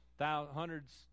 hundreds